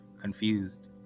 Confused